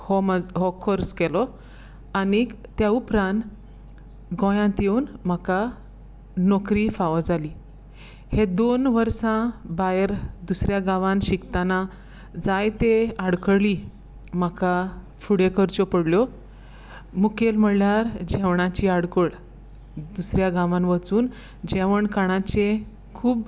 हो म्हजो हो खर्च केलो आनी त्या उपरांत गोंयांत येवन म्हाका नोकरी फावो जाली हे दोन वर्सां भायर दुसऱ्या गांवान शिकताना जायते आडकळी म्हाका फुडें करच्यो पडल्यो मुखेल म्हणल्यार जेवणाची आडकोळ दुसऱ्या गांवान वचून जेवण खाणाचे खूब